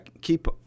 keep